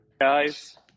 guys